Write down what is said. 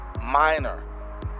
Minor